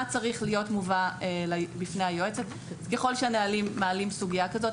צריך להיות מובא בפני היועצת ככל שהנהלים מעלים סוגייה כזאת,